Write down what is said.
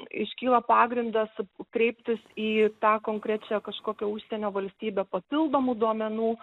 iškyla pagrindas kreiptis į tą konkrečią kažkokią užsienio valstybę papildomų duomenų